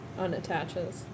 unattaches